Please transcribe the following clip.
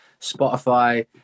spotify